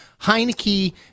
Heineke